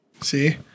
See